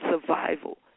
survival